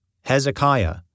Hezekiah